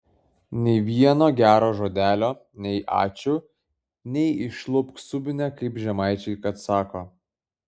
nei vieno gero žodelio nei ačiū nei išlupk subinę kaip žemaičiai kad sako